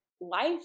life